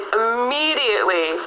immediately